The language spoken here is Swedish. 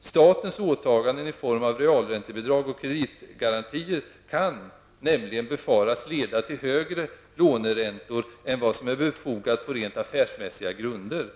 Statens åtaganden i form av realräntebidrag och kreditgarantier kan nämligen befaras leda till högre låneräntor än vad som är befogat på rent affärsmässiga grunder.